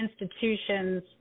institutions